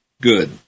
good